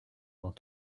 dans